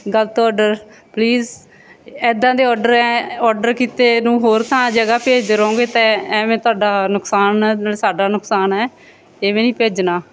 ਗਲਤ order please ਇੱਦਾਂ ਦੇ ਔਡਰ ਐਂ ਔਡਰ ਕੀਤੇ ਨੂੰ ਹੋਰ ਥਾਂ ਜਗ੍ਹਾ ਭੇਜਦੇ ਰਹੋਗੇ ਤਾਂ ਐਵੇਂ ਤੁਹਾਡਾ ਨੁਕਸਾਨ ਹੈ ਨਾਲ ਸਾਡਾ ਨੁਕਸਾਨ ਹੈ ਇਵੇਂ ਨਹੀਂ ਭੇਜਣਾ